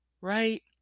right